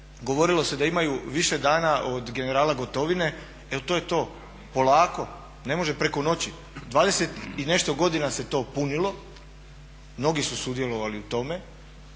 govorilo se da imaju više dana od generala Gotovine. Evo to je to. Polako, ne može preko noći. 20 i nešto godina se to punilo, mnogi su sudjelovali u tome